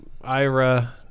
Ira